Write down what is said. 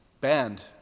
banned